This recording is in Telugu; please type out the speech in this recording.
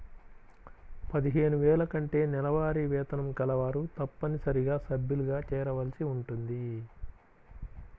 పదిహేను వేల కంటే నెలవారీ వేతనం కలవారు తప్పనిసరిగా సభ్యులుగా చేరవలసి ఉంటుంది